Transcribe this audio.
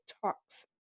Talks